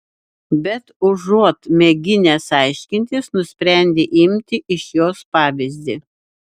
bet užuot mėginęs aiškintis nusprendė imti iš jos pavyzdį